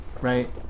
right